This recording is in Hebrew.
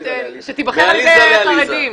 מעליזה לעליזה.